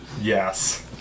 Yes